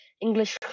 English